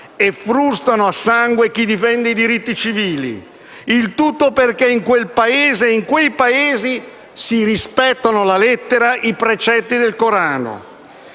e frustano a sangue chi difende i diritti civili. Il tutto perché in quel Paese, in quei Paesi, si rispettano alla lettera i precetti del Corano.